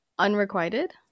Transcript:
Unrequited